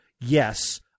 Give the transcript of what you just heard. Yes